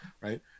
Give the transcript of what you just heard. right